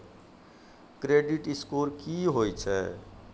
Credit score की होय छै?